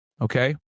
okay